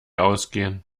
ausgehen